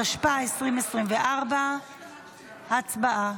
התשפ"ה 2024. הצבעה.